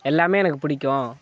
எல்லாம் எனக்கு பிடிக்கும்